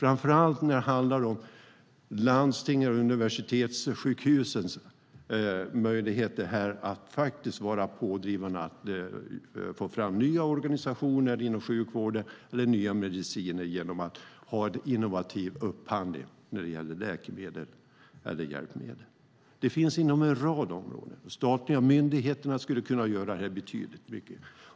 Det handlar framför allt om landstings och universitetssjukhusens möjligheter att vara pådrivande för att få fram nya organisationer inom sjukvården eller nya mediciner genom att ha innovativ upphandling när det gäller läkemedel eller hjälpmedel. Det finns möjligheter inom en rad områden. De statliga myndigheterna skulle kunna göra betydligt mer.